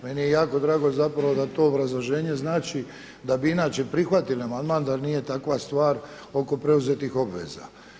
Meni je jako drago da to obrazloženje znači da bi inače prihvatili amandman da nije takva stvar oko preuzetih obveza.